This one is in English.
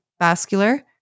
vascular